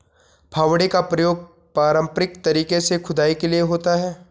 फावड़े का प्रयोग पारंपरिक तरीके से खुदाई के लिए होता है